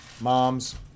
moms